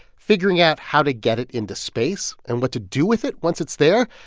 figuring out how to get it into space and what to do with it once it's there,